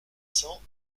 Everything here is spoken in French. cents